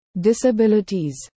disabilities